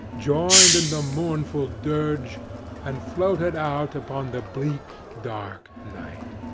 joined in the mournful dirge and floated out upon the bleak, dark night.